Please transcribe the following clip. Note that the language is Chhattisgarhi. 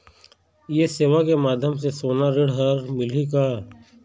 ये सेवा के माध्यम से सोना ऋण हर मिलही का?